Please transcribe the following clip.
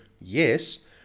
Yes